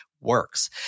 works